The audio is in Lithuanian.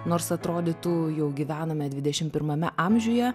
nors atrodytų jau gyvename dvidešim pirmame amžiuje